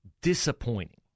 disappointing